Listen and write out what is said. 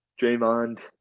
Draymond